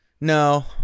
No